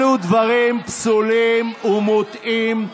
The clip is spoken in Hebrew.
אלו דברים פסולים ומוטעים,